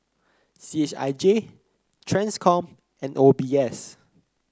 C H I J Transcom and O B S